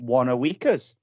one-a-weekers